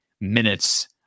minutes